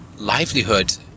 livelihood